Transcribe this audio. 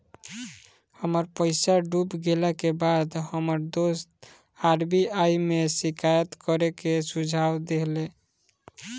हमर पईसा डूब गेला के बाद हमर दोस्त आर.बी.आई में शिकायत करे के सुझाव देहले